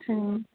சரிங்க மேம்